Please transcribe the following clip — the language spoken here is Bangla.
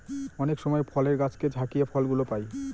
অনেক সময় ফলের গাছকে ঝাকিয়ে ফল গুলো পাই